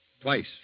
twice